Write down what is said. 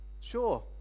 sure